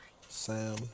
Sam